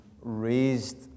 raised